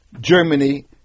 Germany